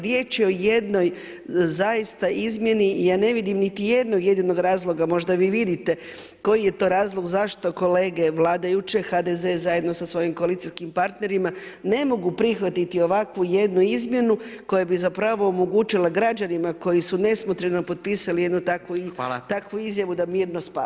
Riječ je o jednoj zaista izmjeni, ja ne vidim niti jednog jedinog razloga, možda vi vidite koji je to razlog zašto kolege vladajuće HDZ zajedno sa svojim koalicijskim partnerima ne mogu prihvatiti ovakvu jednu izmjenu koja bi zapravo omogućila građanima koji su nesmotreno potpisali jednu takvu izjavu da mirno spavaju.